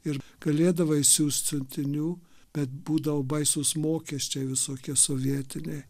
ir galėdavai siųst siuntinių bet būdavo baisūs mokesčiai visokie sovietiniai